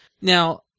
Now